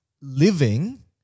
living